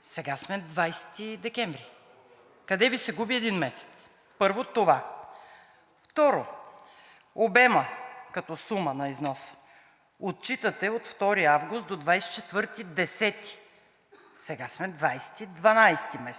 Сега сме 20 декември, къде Ви се губи един месец? Първо това. Второ – обемът като сума на износа. Отчитате от 2 август до 24 октомври. Сега сме 20 декември.